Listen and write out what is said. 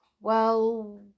Well